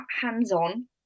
hands-on